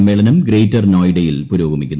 സമ്മേളനം ഗ്രേറ്റർ നോയിഡ്യിൽ പുരോഗമിക്കുന്നു